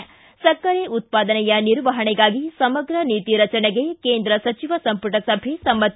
ಿ ಸಕ್ಕರೆ ಉತ್ವಾದನೆಯ ನಿರ್ವಹಣೆಗಾಗಿ ಸಮಗ್ರ ನೀತಿ ರಚನೆಗೆ ಕೇಂದ್ರ ಸಚಿವ ಸಂಪುಟ ಸಭೆ ಸಮ್ಮತಿ